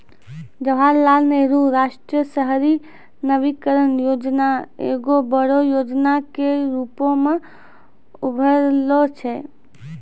जवाहरलाल नेहरू राष्ट्रीय शहरी नवीकरण योजना एगो बड़ो योजना के रुपो मे उभरलो छै